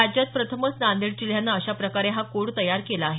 राज्यात प्रथमच नांदेड जिल्ह्याने अशा प्रकारे हा कोड तयार केला आहे